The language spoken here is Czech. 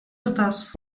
dotaz